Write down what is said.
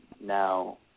Now